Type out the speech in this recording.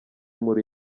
muri